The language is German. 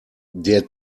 der